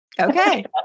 okay